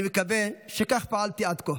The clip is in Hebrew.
אני מקווה שכך פעלתי עד כה.